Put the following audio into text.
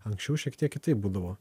anksčiau šiek tiek kitaip būdavo